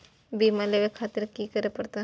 बीमा लेके खातिर की करें परतें?